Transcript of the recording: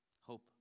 Hope